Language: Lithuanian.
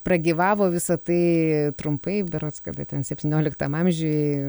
pragyvavo visa tai trumpai berods kada ten septynioliktam amžiuj